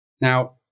Now